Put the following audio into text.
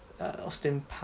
Austin